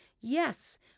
yes